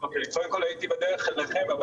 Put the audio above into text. אומר שהייתי בדרך אליכם,